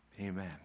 Amen